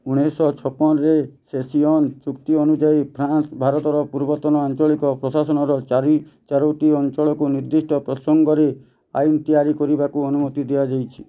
ଉଣେଇଶି ଶହ ଛପନରେ ସେସିଅନ୍ ଚୁକ୍ତି ଅନୁଯାୟୀ ଫ୍ରାନ୍ସ ଭାରତର ପୂର୍ବତନ ଆଞ୍ଚଳିକ ପ୍ରଶାସନର ଚାରି ଚାରୋଟି ଅଞ୍ଚଳକୁ ନିର୍ଦ୍ଦିଷ୍ଟ ପ୍ରସଙ୍ଗରେ ଆଇନ ତିଆରି କରିବାକୁ ଅନୁମତି ଦିଆଯାଇଛି